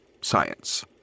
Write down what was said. science